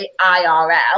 IRL